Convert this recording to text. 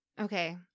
Okay